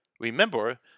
Remember